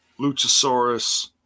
Luchasaurus